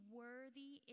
worthy